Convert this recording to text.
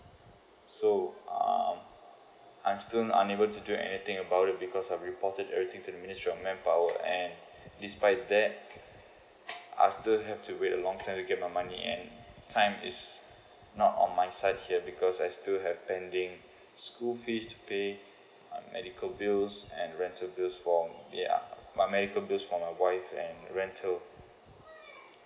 so um I'm still unable to do anything about it because I've reported everything to the ministry of manpower and despite that I still have to wait a long time to get my money and time is not on my side here because I still have pending school fees to pay uh medical bills and rental bills for ya my medical bills for my wife and rental